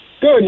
Good